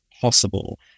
possible